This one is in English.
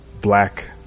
black